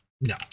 No